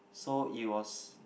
so it was